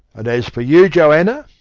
and as for you, johanna,